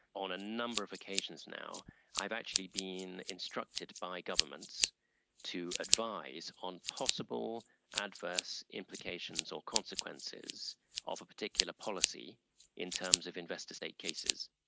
on a number of occasions now i've actually been instructed by governments to advise on possible adverse implications or consequences of a particular policy in terms of investor-state cases.